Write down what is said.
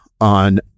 on